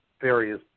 various